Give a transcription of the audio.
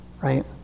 right